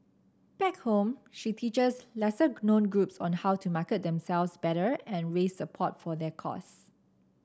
back home she teaches lesser known groups on how to market themselves better and raise support for their cause